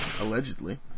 Allegedly